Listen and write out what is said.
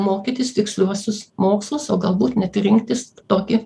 mokytis tiksliuosius mokslus o galbūt net ir rinktis tokį